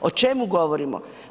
O čemu govorimo?